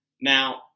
Now